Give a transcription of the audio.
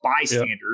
bystanders